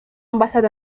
ambassade